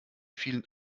vielen